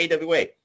AWA